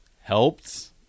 helped